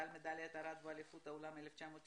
בעל מדליית ארד באליפות העולם 1999